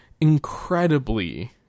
incredibly